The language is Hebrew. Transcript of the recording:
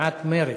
מסיעת מרצ.